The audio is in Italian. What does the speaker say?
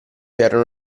erano